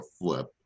flip